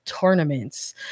tournaments